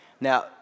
Now